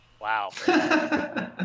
Wow